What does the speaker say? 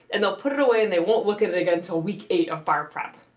and they'll put it away and they won't look at it again till week eight of bar prep.